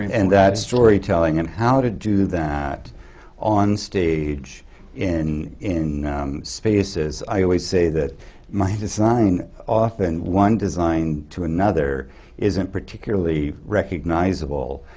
and that storytelling and how to do that on stage in in spaces. i always say that my design often one design to another isn't particularly recognizable.